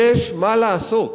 יש מה לעשות.